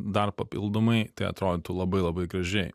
dar papildomai tai atrodytų labai labai gražiai